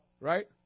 Right